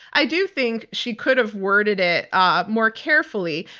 i do think she could have worded it ah more carefully,